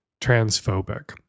transphobic